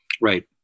Right